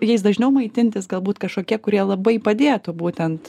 jais dažniau maitintis galbūt kažkokie kurie labai padėtų būtent